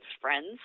friends